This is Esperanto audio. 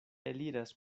eliras